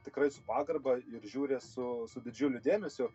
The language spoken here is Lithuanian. tikrai su pagarba ir žiūri su su didžiuliu dėmesiu